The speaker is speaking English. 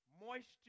moisture